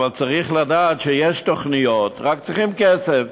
אבל צריך לדעת שיש תוכניות, רק צריכים כסף.